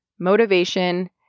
Motivation